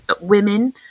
women